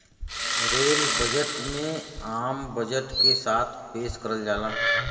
rail budget में आम budget के साथ पेश करल जाला